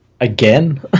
Again